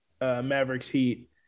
Mavericks-Heat